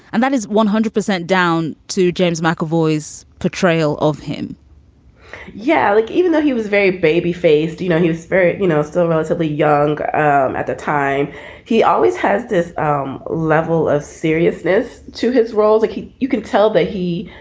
and that is one hundred percent down to james mcavoy's portrayal of him yeah. like even though he was very baby-faced, you know, he was very, you know, still relatively young um at the time he always has this um level of seriousness to his role like that you can tell that he